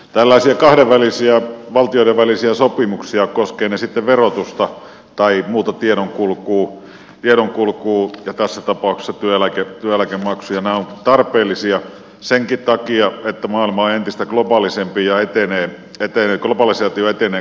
tällaiset kahdenväliset valtioiden väliset sopimukset koskevat ne sitten verotusta tai muuta tiedonkulkua ja tässä tapauksessa työeläkemaksuja ovat tarpeellisia senkin takia että maailma on entistä globaalisempi ja globalisaatio etenee koko ajan